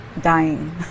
dying